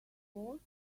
worth